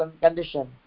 condition